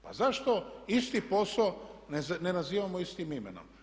Pa zašto isti posao ne nazivamo istim imenom.